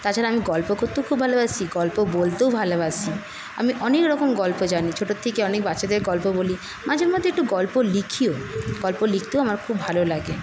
তাছাড়া আমি গল্প করতেও খুব ভালোবাসি গল্প বলতেও ভালোবাসি আমি অনেকরকম গল্প জানি ছোটোর থেকে অনেক বাচ্চাদের গল্প বলি মাঝে মধ্যে একটু গল্প লিখিও গল্প লিখতেও আমার খুব ভালো লাগে